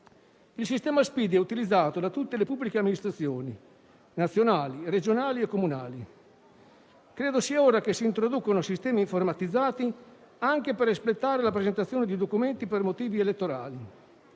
Il sistema Spid è utilizzato da tutte le pubbliche amministrazioni nazionali, regionali e comunali. Credo sia ora che si introducano sistemi informatizzati anche per espletare la presentazione di documenti per motivi elettorali.